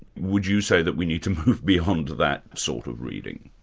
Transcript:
would you say that we need to move beyond that sort of reading?